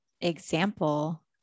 example